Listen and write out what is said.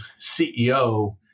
CEO